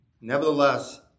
Nevertheless